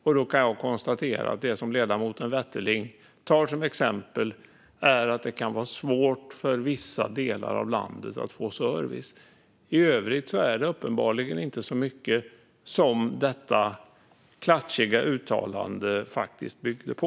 Jag kan konstatera att det som ledamoten Wetterling tar som exempel är att det kan vara svårt för vissa delar av landet att få service. I övrigt var det uppenbarligen inte så mycket som det klatschiga uttalandet byggde på.